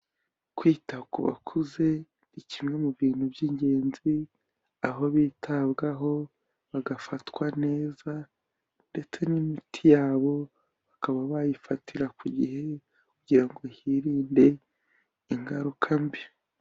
Kwita ku bakuze ni kimwe mu bintu by'ingenzi aho bitabwaho bagafatwa neza ndetse n'imiti yabo bakaba bayifatira ku gihe kugira ngo hirinde ingaruka mbi.